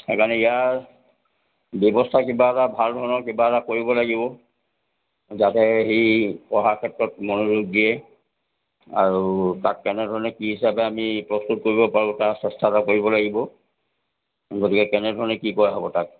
সেইকাৰণে ইয়াৰ ব্যৱস্থা কিবা এটা ভাল ধৰণৰ কিবা এটা কৰিব লাগিব যাতে সি পঢ়া ক্ষেত্ৰত মনোযোগ দিয়ে আৰু তাক কেনেধৰণে কি হিচাপে আমি প্ৰস্তুত কৰিব পাৰোঁ তাৰ চেষ্টা এটা কৰিব লাগিব গতিকে কেনে ধৰণে কি কৰা হ'ব তাক